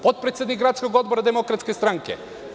Potpredsednik gradskog odbora Demokratske stranke.